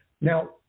Now